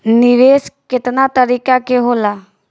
निवेस केतना तरीका के होला?